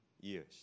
years